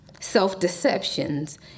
Self-deceptions